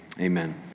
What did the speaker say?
Amen